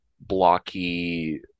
blocky